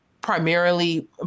primarily